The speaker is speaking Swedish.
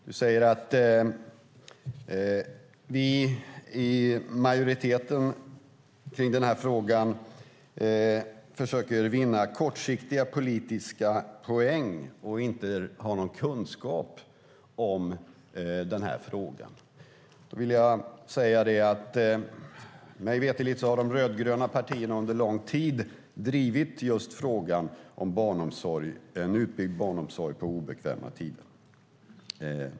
Du säger att vi i majoriteten i denna fråga försöker vinna kortsiktiga politiska poäng och att vi inte har någon kunskap om frågan. Mig veterligt har de rödgröna partierna under lång tid drivit just frågan om en utbyggd barnomsorg på obekväma tider.